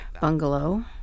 bungalow